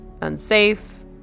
unsafe